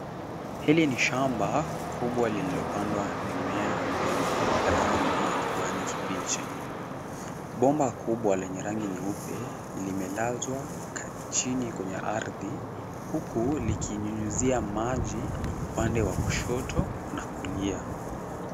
Hili ni shamba kubwa lililopandwa mimea, yenye rangi ya kijani kibichi. Bomba kubwa lenye rangi nyeupe, limelazwa chini kwenye ardhi, huku likinyunyizia maji, upande wa kushoto na kulia.